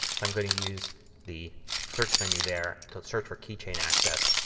so i'm going to use the search menu there to search for keychain access.